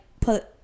put